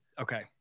okay